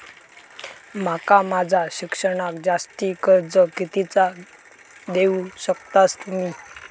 माका माझा शिक्षणाक जास्ती कर्ज कितीचा देऊ शकतास तुम्ही?